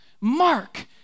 Mark